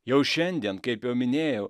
jau šiandien kaip jau minėjau